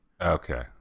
Okay